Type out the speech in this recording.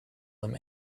them